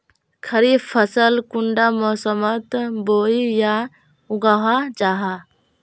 खरीफ फसल कुंडा मोसमोत बोई या उगाहा जाहा?